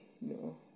no